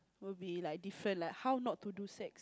will be like different like how not to do sex